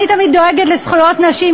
אני תמיד דואגת לזכויות נשים,